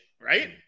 right